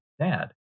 Dad